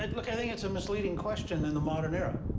and look, i think it's a misleading question in the modern era.